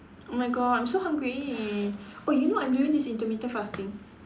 oh my god I'm so hungry oh you know I'm doing this intermittent fasting